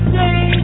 day